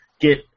get